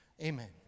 Amen